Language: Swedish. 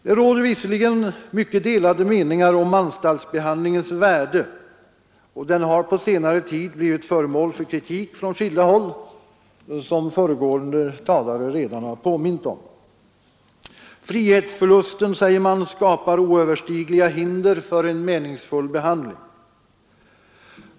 Det råder visserligen mycket delade meningar om anstaltsbehandlingens värde, och den har på senare tid blivit föremål för kritik från skilda håll, som föregående talare redan har påmint om. Frihetsförlusten, säger man, skapar oöverstigliga hinder för en meningsfull behandling.